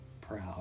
proud